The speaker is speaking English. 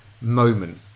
moment